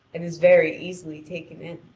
and is very easily taken in.